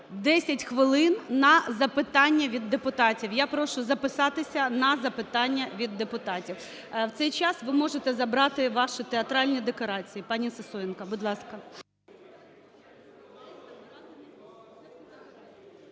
10 хвилин на запитання від депутатів. Я прошу записатися на запитання від депутатів. В цей час ви можете забрати ваші театральні декорації, пані Сисоєнко, будь ласка.